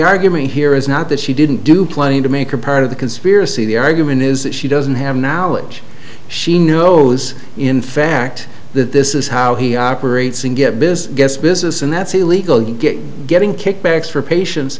argument here is not that she didn't do plenty to make her part of the conspiracy the argument is that she doesn't have knowledge she knows in fact that this is how he operates and get business gets business and that's illegal get getting kickbacks for patients